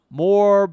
more